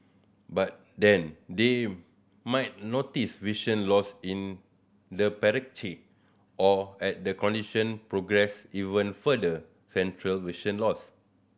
by then they might notice vision loss in the or at the condition progress even further central vision loss